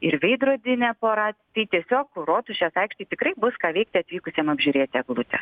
ir veidrodinė pora tai tiesiog rotušės aikštėj tikrai bus ką veikti atvykusiem apžiūrėti eglutės